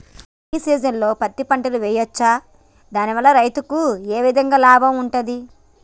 రబీ సీజన్లో పత్తి పంటలు వేయచ్చా దాని వల్ల రైతులకు ఏ విధంగా లాభం ఉంటది?